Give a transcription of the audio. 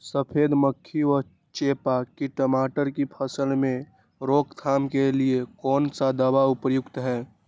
सफेद मक्खी व चेपा की टमाटर की फसल में रोकथाम के लिए कौन सा दवा उपयुक्त है?